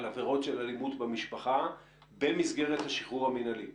עבירות של אלימות במשפחה במסגרת השחרור המינהלי.